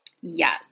Yes